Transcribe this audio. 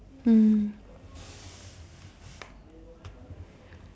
mm